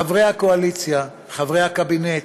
חברי הקואליציה, חברי הקבינט,